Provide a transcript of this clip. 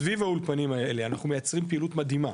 סביב האולפנים האלה, אנחנו מייצרים פעילות מדהימה